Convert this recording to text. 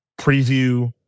preview